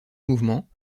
mouvements